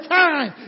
time